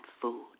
food